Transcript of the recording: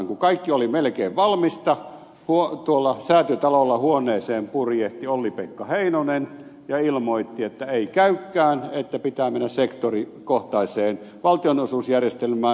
kun kaikki oli melkein valmista tuolla säätytalolla huoneeseen purjehti olli pekka heinonen ja ilmoitti että ei käykään että pitää mennä sektorikohtaiseen valtionosuusjärjestelmään